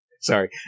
Sorry